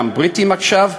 גם בריטיים עכשיו,